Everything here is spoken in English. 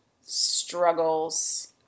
struggles